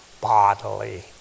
bodily